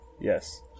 Yes